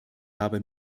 habe